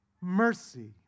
mercy